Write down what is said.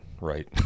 right